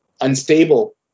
unstable